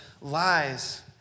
lies